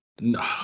No